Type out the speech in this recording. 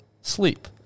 sleep